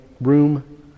room